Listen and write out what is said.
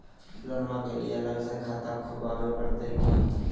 लोनमा के लिए अलग से खाता खुवाबे प्रतय की?